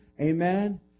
Amen